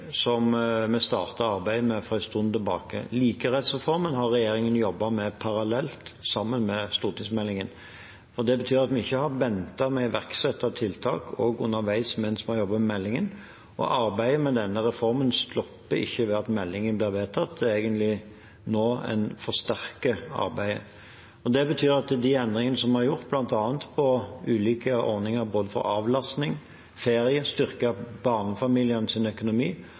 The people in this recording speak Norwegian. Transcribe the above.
som vi startet arbeidet med for en stund tilbake. Likeverdsreformen har regjeringen jobbet med parallelt med stortingsmeldingen. Det betyr at vi ikke har ventet med å iverksette tiltak også underveis mens vi har jobbet med meldingen, og arbeidet med denne reformen stopper ikke ved at meldingen blir vedtatt. Det er egentlig nå man forsterker arbeidet. Det betyr at de endringene vi har gjort, bl.a. på ulike ordninger for både avlastning, ferie og styrking av barnefamilienes økonomi,